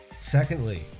Secondly